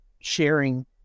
sharing